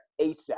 ASAP